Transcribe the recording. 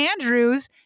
Andrews